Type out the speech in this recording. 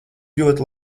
ļoti